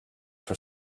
for